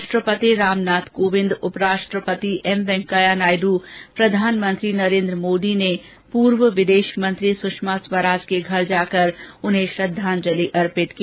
राष्ट्रपति रामनाथ कोविंद उप राष्ट्रपति एम वेंकैया नायडू प्रधानमंत्री नरेन्द्र मोदी ने पूर्व विदेशमंत्री सुषमा स्वराज के घर जाकर उन्हें श्रद्धांजलि अर्पित की